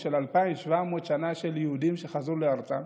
של 2,700 שנה של יהודים שחזרו לארצם,